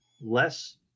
less